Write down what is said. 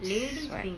that's why